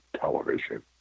television